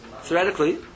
Theoretically